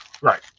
Right